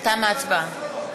כמה תרגילים אפשר לעשות?